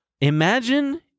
Imagine